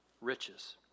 riches